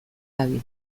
dabil